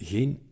Geen